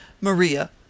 Maria